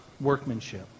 workmanship